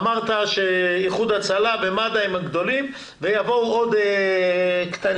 אמרת שאיחוד הצלה ומד"א הם הגדולים ויבואו עוד קטנים.